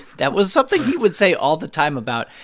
that was something he would say all the time about,